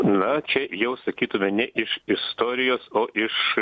na čia jau sakytume ne iš istorijos o iš